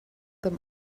them